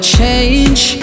change